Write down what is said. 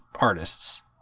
artists